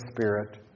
spirit